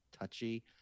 touchy